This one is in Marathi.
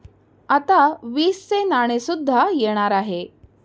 आता वीसचे नाणे सुद्धा येणार आहे